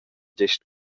gest